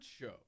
show